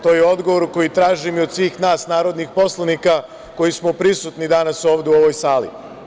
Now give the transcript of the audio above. To je odgovor koji tražim i od svih nas narodnih poslanika koji smo prisutni danas ovde u ovoj sali.